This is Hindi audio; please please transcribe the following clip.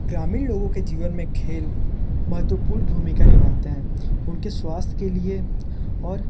ग्रामीण लोगों के जीवन में खेल महत्वपूर्ण भूमिका निभाते हैं उनके स्वास्थ्य के लिए और